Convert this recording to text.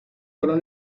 fueron